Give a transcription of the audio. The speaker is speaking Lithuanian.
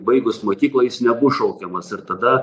baigus mokyklą jis nebus šaukiamas ir tada